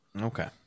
Okay